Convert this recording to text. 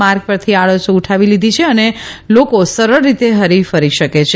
માર્ગ પરથી આડશો ઉઠાવી લીધી છે અને લોકો સરળ રીતે હરીફરી શકે છે